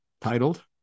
titled